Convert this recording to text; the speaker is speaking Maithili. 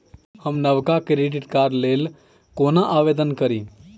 हम नवका डेबिट कार्डक लेल कोना आवेदन करी?